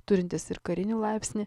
turintis ir karinį laipsnį